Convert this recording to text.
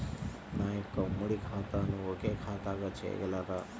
నా యొక్క ఉమ్మడి ఖాతాను ఒకే ఖాతాగా చేయగలరా?